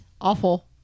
Awful